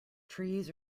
trees